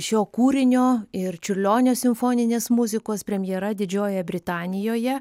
šio kūrinio ir čiurlionio simfoninės muzikos premjera didžiojoje britanijoje